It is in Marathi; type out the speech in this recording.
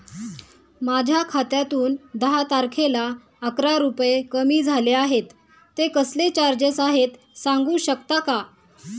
माझ्या खात्यातून दहा तारखेला अकरा रुपये कमी झाले आहेत ते कसले चार्जेस आहेत सांगू शकता का?